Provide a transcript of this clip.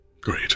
Great